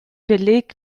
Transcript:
beleg